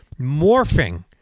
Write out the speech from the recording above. morphing